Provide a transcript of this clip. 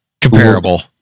comparable